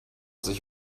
sich